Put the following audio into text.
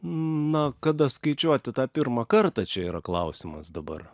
na kada skaičiuoti tą pirmą kartą čia yra klausimas dabar